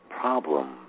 problem